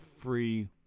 free